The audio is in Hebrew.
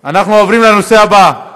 תודה רבה,